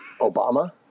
Obama